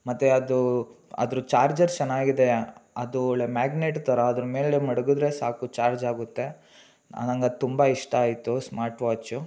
ಮತ್ತು ಅದು ಅದ್ರ ಚಾರ್ಜರ್ ಚೆನ್ನಾಗಿದೆ ಅದು ಒಳ್ಳೆಯ ಮ್ಯಾಗ್ನೆಟ್ ಥರ ಅದ್ರ ಮೇಲೆ ಮಡ್ಗಿದ್ರೆ ಸಾಕು ಚಾರ್ಜಾಗುತ್ತೆ ನಂಗೆ ಅದು ತುಂಬ ಇಷ್ಟ ಆಯಿತು ಸ್ಮಾರ್ಟ್ ವಾಚು